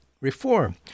reform